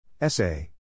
Essay